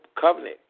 Covenant